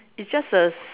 it's just a s~